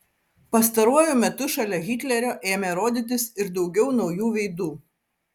pastaruoju metu šalia hitlerio ėmė rodytis ir daugiau naujų veidų